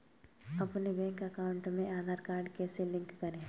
अपने bank account में Aadhaar card कैसे लिंक करें?